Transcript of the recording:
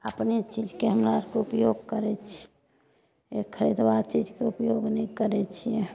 अपने चीजके हमरा आर उपयोग करैत छियै खरीदुआ चीजके उपयोग नहि करैत छियै